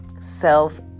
self